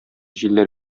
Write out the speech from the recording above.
җилләр